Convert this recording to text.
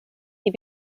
die